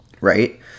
right